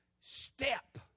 step